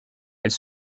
elle